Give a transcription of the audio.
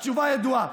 התשובה ידועה.